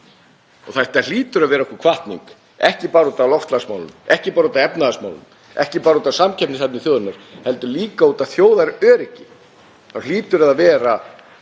Þetta hlýtur að verða okkur hvatning, ekki bara út af loftslagsmálum, ekki bara út af efnahagsmálum, ekki bara út af samkeppnishæfni þjóðarinnar, heldur líka út af þjóðaröryggi. Það hlýtur að vera